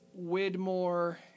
Widmore